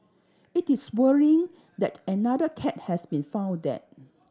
it is worrying that another cat has been found dead